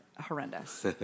horrendous